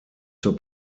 zur